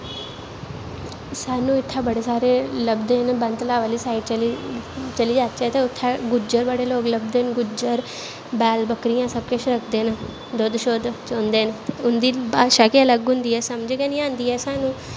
स्हानू इत्थें बड़े सारे लब्भदे न बन तलाव आह्ली साईड चली जाह्च्चै ते उत्थें बड़े सारे लब्भदे न गुज्जर बैल बकरियैां सब किश रखदे न दुध्द शुध्द चोंदे न ते उँदी भाशा गै अलग होंदी ऐ समझ गै नी आंदी ऐ स्हानू